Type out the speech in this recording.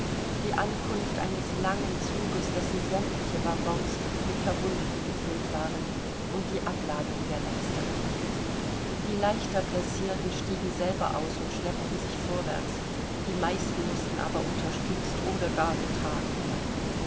die ankunft eines langen zuges dessen sämtliche waggons mit verwundeten gefüllt waren und die abladung der letzteren die leichter blessierten stiegen selber aus und schleppten sich vorwärts die meisten mußten aber unterstützt oder gar getragen werden